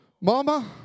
Mama